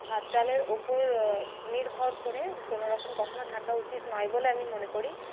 ভাত ডালের ওপর নির্ভর করে কোনোরকম কখনো থাকা উচিৎ নয় বলে আমি মনে করি